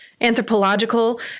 anthropological